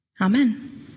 Amen